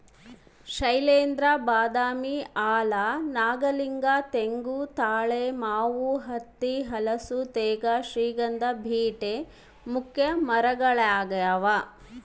ಶೈಲೇಂದ್ರ ಬಾದಾಮಿ ಆಲ ನಾಗಲಿಂಗ ತೆಂಗು ತಾಳೆ ಮಾವು ಹತ್ತಿ ಹಲಸು ತೇಗ ಶ್ರೀಗಂಧ ಬೀಟೆ ಮುಖ್ಯ ಮರಗಳಾಗ್ಯಾವ